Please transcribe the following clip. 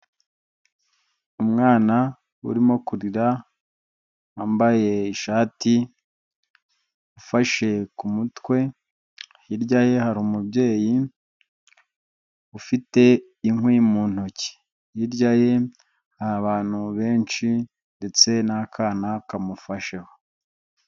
Umwana urimo kurira wambaye ishati ufashe ku mutwe, hirya ye hari umubyeyi ufite inkwi mu ntoki hirya hari abantu benshi ndetse n'akana kamufasheho.